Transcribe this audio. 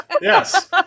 Yes